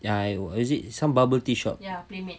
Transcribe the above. ya was it some bubble tea shop